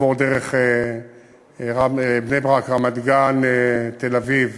עבור דרך בני-ברק, רמת-גן, תל-אביב